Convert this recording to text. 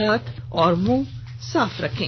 हाथ और मुंह साफ रखें